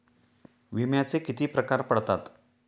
विम्याचे किती प्रकार पडतात?